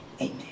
Amen